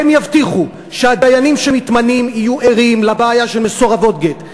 הן יבטיחו שהדיינים שמתמנים יהיו ערים לבעיה של מסורבות גט,